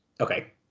Okay